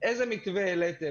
בהרבה פעולות,